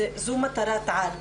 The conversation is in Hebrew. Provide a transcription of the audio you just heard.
זו מטרת-על.